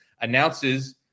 announces